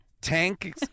tank